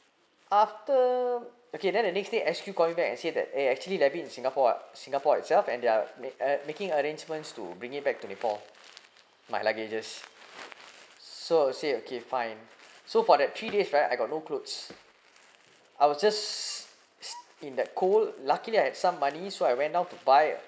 after okay then the next day S_Q called me back and said that eh actually left it in singapore what singapore excel and they're ma~ making arrangements to bring it back to nepal my luggages so I said okay fine so for that three days right I got no clothes I was just in that cool lucky that I have some money so I went out of to buy